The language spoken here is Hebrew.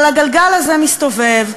אבל הגלגל הזה מסתובב,